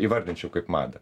įvardinčiau kaip madą